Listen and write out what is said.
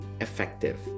effective